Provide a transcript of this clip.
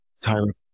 Tyler